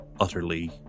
utterly